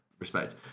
respect